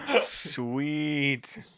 Sweet